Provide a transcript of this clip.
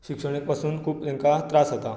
शिक्षणीक पासून खूब तेंकां त्रास जाता